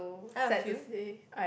I have a few